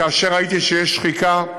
כאשר ראיתי שיש שחיקה,